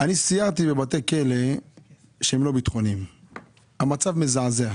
אני סיירתי בבתי כלא שהם לא ביטחוניים והמצב מזעזע.